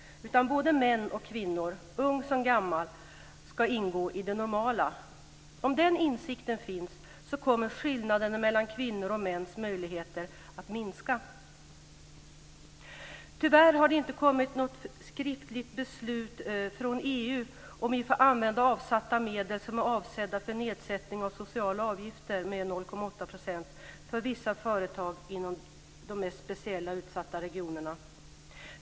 Både män och kvinnor, ung som gammal, ska ingå i det normala. Om den insikten finns kommer skillnaden mellan kvinnors och mäns möjligheter att minska. Tyvärr har det inte kommit något skriftligt beslut från EU om vi får använda avsatta medel som är avsedda för nedsättning av sociala avgifter med 0,8 % för vissa företag inom de speciellt utsatta regionerna.